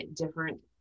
different